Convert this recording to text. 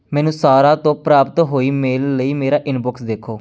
ਮੈਨੂੰ ਸਾਰਾਹ ਤੋਂ ਪ੍ਰਾਪਤ ਹੋਈ ਮੇਲ ਲਈ ਮੇਰਾ ਇਨਬੋਕਸ ਦੋਖੇ